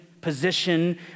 position